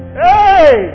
hey